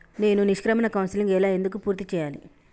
నేను నిష్క్రమణ కౌన్సెలింగ్ ఎలా ఎందుకు పూర్తి చేయాలి?